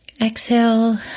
exhale